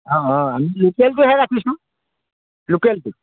অঁ অঁ আমি লোকেলটোহে ৰাখিছোঁ লোকেলটো